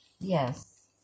Yes